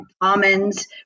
almonds